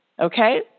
okay